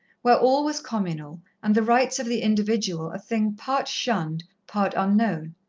where all was communal, and the rights of the individual a thing part shunned, part unknown.